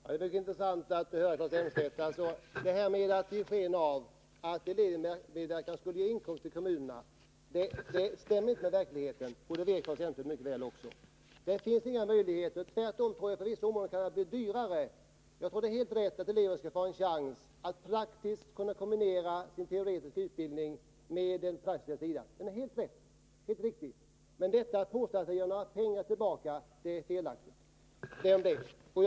Herr talman! Det är mycket intressant att höra Claes Elmstedt. Han vill ge sken av att elevmedverkan skulle ge kommunerna inkomster, men detta stämmer inte med verkligheten. Det vet också Claes Elmstedt mycket väl. Det finns inga sådana möjligheter. Tvärtom tror jag att det på vissa områden kan bli dyrare. Jag tror att det är helt riktigt att elever bör få en chans att kombinera sin teoretiska utbildning med praktik. Men att påstå att det ger några pengar tillbaka är helt felaktigt.